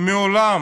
מעולם,